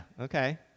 Okay